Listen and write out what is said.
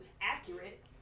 accurate